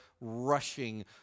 rushing